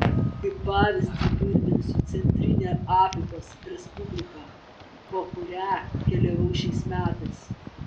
kaip pavyzdį įvardinsiu centrinę afrikos respubliką po kurią keliavau šiais metais